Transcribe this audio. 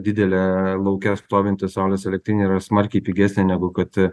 didelė lauke stovinti saulės elektrinė yra smarkiai pigesnė negu kad